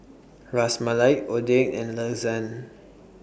Ras Malai Oden and Lasagne